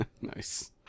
Nice